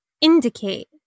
indicate